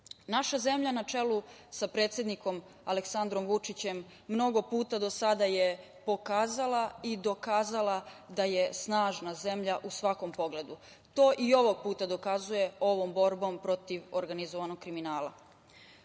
zemlja na čelu sa predsednikom Aleksandrom Vučićem mnogo puta do sada je pokazala i dokazala da je snažna zemlja u svakom pogledu. To i ovog puta dokazuje ovom borbom protiv organizovanog kriminala.